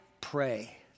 pray